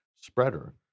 spreader